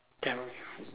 tell